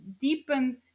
deepen